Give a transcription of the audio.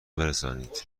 برسانید